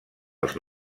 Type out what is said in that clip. als